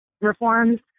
reforms